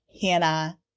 hannah